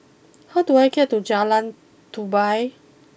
how do I get to Jalan Tupai